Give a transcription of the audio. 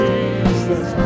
Jesus